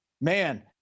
Man